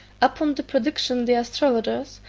upon the prediction the astrologers,